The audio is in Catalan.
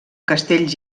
castells